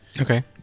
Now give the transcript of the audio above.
Okay